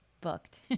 booked